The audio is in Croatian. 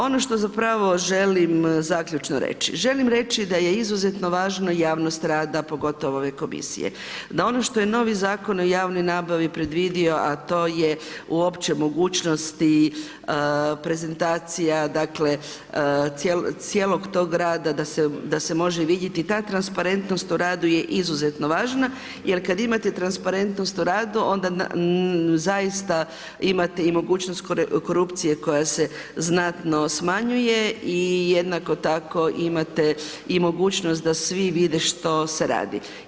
Ono što zapravo želim zaključno reći, želim reći da je izuzetno važno javnost rada pogotovo ove Komisije, da ono što je novi Zakon o javnoj napravi predvidio a to je uopće mogućnosti prezentacija dakle cijelog tog rada da se može vidjeti, ta transparentnost u radu je izuzetno važna jer kada imate transparentnost u radu onda zaista imate i mogućnost korupcije koja se znatno smanjuje i jednako tako imate i mogućnost da svi vide što se radi.